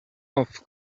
off